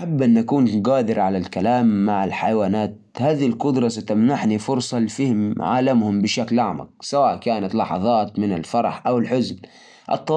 والله شوف إذا أقدر أتكلم عن الحيوانات هذا شيء مرة رهيب أتخيل افهم وش يقولوا أو وش يفكروا بس من جهة ثانية لو أقدر أتكلم كل اللغات يعني أقدر أسافر أي مكان في العالم